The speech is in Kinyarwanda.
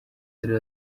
yari